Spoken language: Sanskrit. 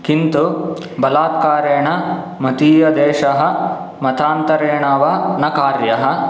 किन्तु बलात्कारेण मदीयदेशः मतान्तरेण वा न कार्यः